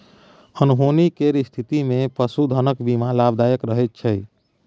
अनहोनी केर स्थितिमे पशुधनक बीमा लाभदायक रहैत छै